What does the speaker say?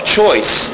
choice